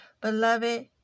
Beloved